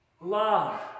Love